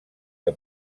que